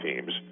teams